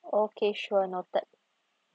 okay sure noted